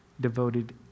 devoted